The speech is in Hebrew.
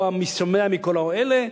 הוא משתמע מכל אלה: